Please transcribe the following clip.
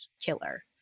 killer